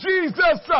Jesus